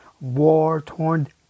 war-torn